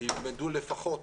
ילמדו לפחות